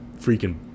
freaking